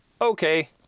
okay